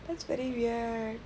that's very weird